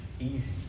easy